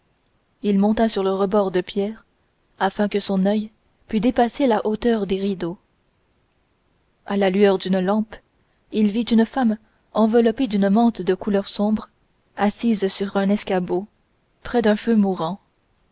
il monta sur le rebord de pierre afin que son oeil pût dépasser la hauteur des rideaux à la lueur d'une lampe il vit une femme enveloppée d'une mante de couleur sombre assise sur un escabeau près d'un feu mourant